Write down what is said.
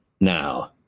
now